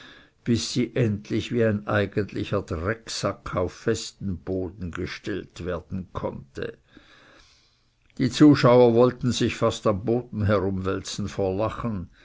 bis sie endlich wie ein eigentlicher drecksack auf festen boden gestellt werden konnte die zuschauer wollten sich fast am boden herumwälzen vor lachen